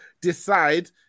decide